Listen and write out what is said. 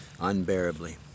unbearably